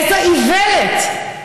איזו איוולת.